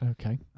Okay